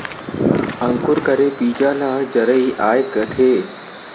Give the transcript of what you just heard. अंकुर करे बीजा ल जरई आए कथें